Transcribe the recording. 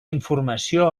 informació